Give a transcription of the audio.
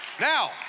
Now